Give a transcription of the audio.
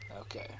Okay